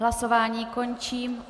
Hlasování končím.